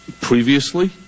Previously